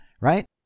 right